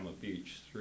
Beach